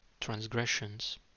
transgressions